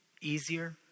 easier